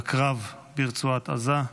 בקרב ברצועת עזה.